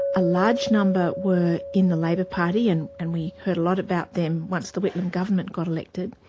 a large number were in the labor party, and and we heard a lot about them once the whitlam government got elected,